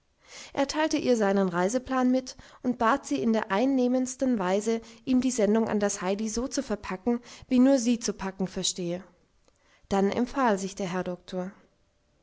er teilte ihr seinen reiseplan mit und bat sie in der einnehmendsten weise ihm die sendung an das heidi so zu verpacken wie nur sie zu packen verstehe dann empfahl sich der herr doktor